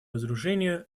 разоружению